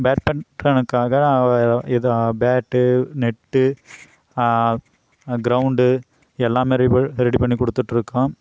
பேட்மிட்டனுக்காக இத bat net ground எல்லாமே refill ready பண்ணிக் கொடுத்துட்டு இருக்கோம்